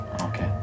Okay